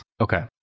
Okay